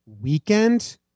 weekend